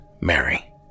Mary